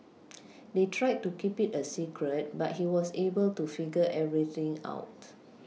they tried to keep it a secret but he was able to figure everything out